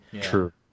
True